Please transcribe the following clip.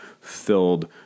filled